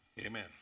Amen